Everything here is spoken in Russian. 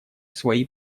свои